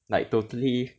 like totally